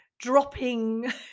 dropping